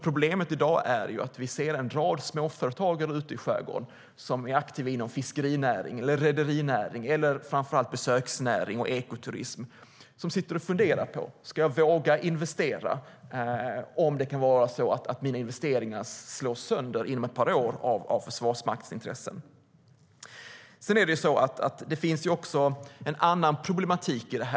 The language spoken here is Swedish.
Problemet i dag är att en rad småföretagare ute i skärgården som är aktiva inom fiskeri, rederi eller - framför allt - besöksnäringen och ekoturismen sitter och funderar på om de ska våga investera när deras investeringar kan slås sönder inom ett par år av Försvarsmaktens intressen. Det finns en annan problematik i detta.